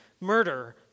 murder